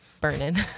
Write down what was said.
burning